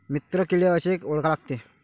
मित्र किडे कशे ओळखा लागते?